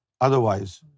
otherwise